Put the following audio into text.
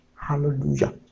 hallelujah